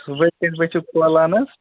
صُبحٲے کٔژِ بج چھو کھولان حظ